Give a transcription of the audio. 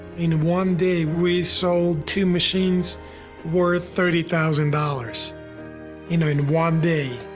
in one day we sold two machines worth thirty thousand dollars in in one day.